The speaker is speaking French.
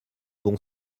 bon